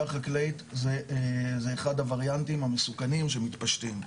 החקלאית היא אחד הווריאנטים המסוכנים שמתפשטים.